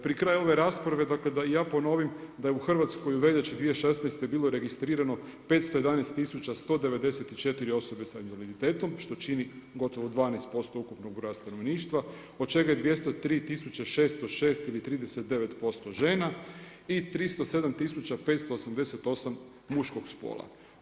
Pri kraju ove rasprave, dakle da i ja ponovim da je u Hrvatskoj u veljači 2016. bilo registrirano 511 tisuća 194 osobe sa invaliditetom što čini gotovo 12% ukupnog broja stanovništva od čega je 203 tisuće 606 ili 39% žena i 307 tisuća 588 muškog spola.